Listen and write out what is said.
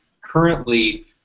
currently